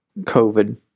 covid